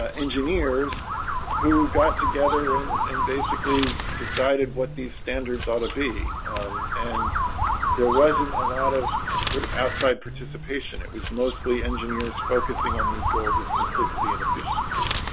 ah engineers who got together and and basically decided what these standards ought to be and there wasn't a lot of sort of outside participation it was mostly engineers focusing on these goals of simplicity and efficiency